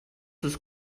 ist